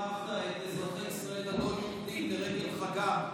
שבירכת את אזרחי ישראל הלא-יהודים לרגל חגם.